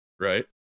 right